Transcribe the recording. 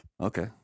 Okay